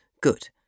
Good